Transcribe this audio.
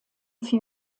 für